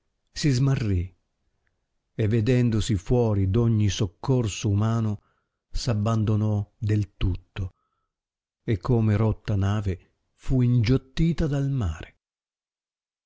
si smarrì e vedendosi fuori d ogni soccorso umano s abbandonò del tutto e come rotta nave fu ingiottita dal mare